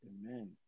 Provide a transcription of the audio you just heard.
Amen